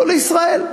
או לישראל,